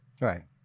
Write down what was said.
Right